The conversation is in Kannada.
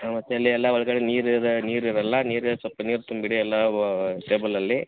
ಹಾಂ ಮತ್ತು ಅಲ್ಲಿ ಎಲ್ಲ ಒಳಗಡೆ ನೀರಿದೆ ನೀರು ಇರಲ್ಲ ನೀರು ಸ್ವಲ್ಪ ನೀರು ತುಂಬಿಡಿ ಎಲ್ಲ ಅವು ಟೇಬಲಲ್ಲಿ